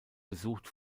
besucht